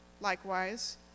likewise